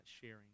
sharing